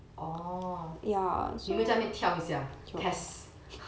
orh 你有没有在那边跳一下 test